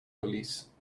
police